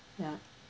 ya